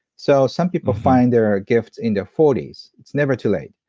so, some people find their gifts in their forty s. it's never too late.